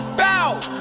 bow